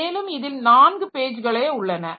மேலும் இதில் 4 பேஜ்களே உள்ளன